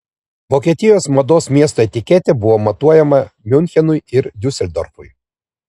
vokietijos mados miesto etiketė buvo matuojama miunchenui ir diuseldorfui